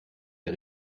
der